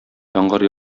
яңгыр